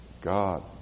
God